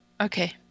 Okay